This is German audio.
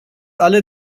alle